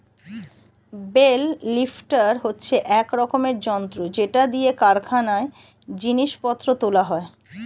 bell lifter হচ্ছে এক রকমের যন্ত্র যেটা দিয়ে কারখানায় জিনিস পত্র তোলা হয়